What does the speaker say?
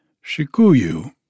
Shikuyu